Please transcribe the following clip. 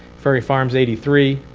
ferry farm's eighty three.